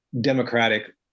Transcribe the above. Democratic